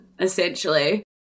essentially